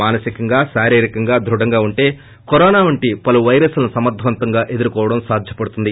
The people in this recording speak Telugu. మానసికంగా శారీరకంగా ధృడంగా ఉంటే కరోనా వంటి పలు వైరస్లను సమర్గవంతంగా ఎదుర్కోవడం సాధ్యపడుతుంది